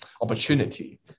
opportunity